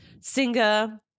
Singer